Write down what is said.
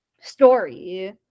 story